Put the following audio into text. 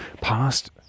past